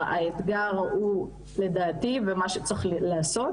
האתגר הוא לדעתי ומה שצריך לעשות,